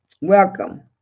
welcome